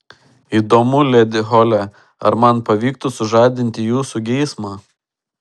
įdomu ledi hole ar man pavyktų sužadinti jūsų geismą